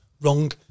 wrong